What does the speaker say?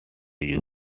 you